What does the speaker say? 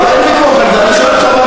לאור הדברים שלו,